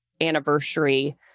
anniversary